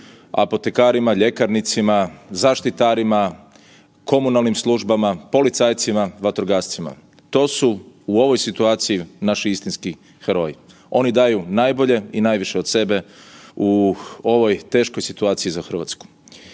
Apotekarima, ljekarnicima, zaštitarima, komunalnim službama, policajcima, vatrogascima, to su u ovoj situaciji naši istinski heroji, oni daju najbolje i najviše od sebe u ovoj teškoj situaciji za Hrvatsku.